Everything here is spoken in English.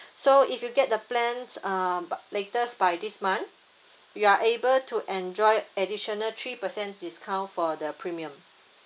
so if you get the plans uh latest by this month you are able to enjoy additional three percent discount for the premium